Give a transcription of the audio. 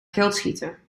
geldschieter